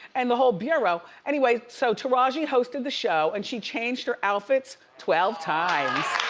and the whole bureau. anyway, so taraji hosted the show, and she changed her outfits twelve times.